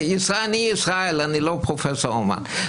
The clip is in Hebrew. אני ישראל, אני לא פרופ' אומן.